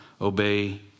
obey